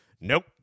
Nope